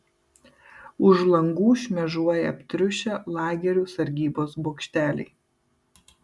už langų šmėžuoja aptriušę lagerių sargybos bokšteliai